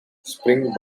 spring